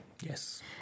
Yes